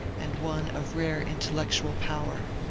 and one of rare intellectual power.